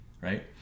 right